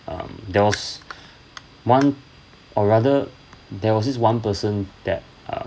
um there was one or rather there was this one person that um